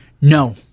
no